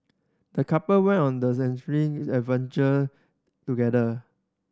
the couple went on the enriching adventure together